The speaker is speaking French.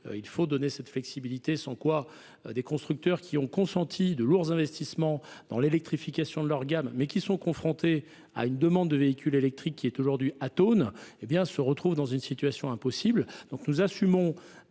Il faut fournir cette flexibilité, sans quoi les constructeurs, qui ont consenti de lourds investissements dans l’électrification de leur gamme et qui sont néanmoins confrontés à une demande de véhicules électriques actuellement atone, se retrouveront dans une situation impossible. Nous assumons